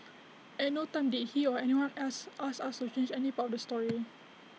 at no time did he or anyone else ask us to change any part of the story